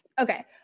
Okay